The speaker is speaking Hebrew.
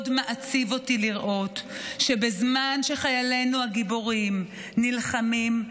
מאוד מעציב אותי לראות שבזמן שחיילינו הגיבורים נלחמים,